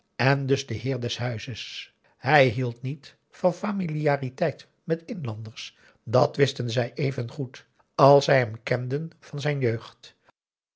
en dus de heer des huizes hij hield niet van familiariteit met inlanders dàt wisten zij evengoed als zij hem kenden van zijn jeugd